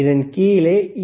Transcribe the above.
இதில் கீழே யூ